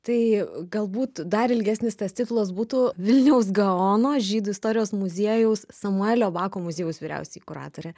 tai galbūt dar ilgesnis tas ciklas būtų vilniaus gaono žydų istorijos muziejaus samuelio bako muziejaus vyriausioji kuratorė